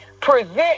Present